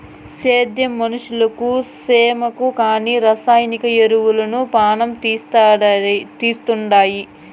సేద్యం మనుషులకు సేమకు కానీ రసాయన ఎరువులు పానం తీస్తండాయి